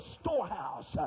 storehouse